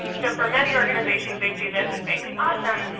so for many organizations, they see this and think, awesome.